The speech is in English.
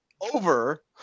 over